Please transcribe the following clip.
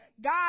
God